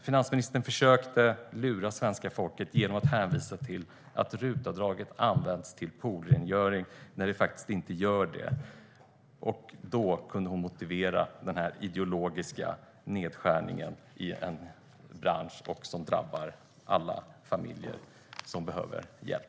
Finansministern försökte lura svenska folket genom att påstå att RUT-avdraget används till poolrengöring fast det inte gör det. Så kunde hon motivera en ideologisk nedskärning som drabbar en bransch och alla familjer som behöver hjälp.